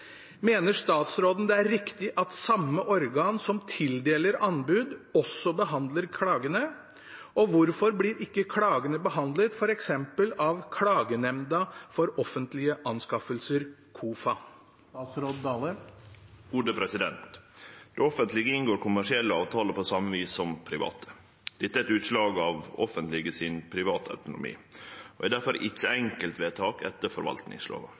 Mener statsråden det er riktig at samme organ som tildeler anbud, også behandler klagene, og hvorfor blir ikke klagene behandlet f.eks. av Klagenemnda for offentlige anskaffelser?» Det offentlege inngår kommersielle avtalar på same vis som private. Dette er eit utslag av det offentlege sin privatautonomi og er difor ikkje enkeltvedtak etter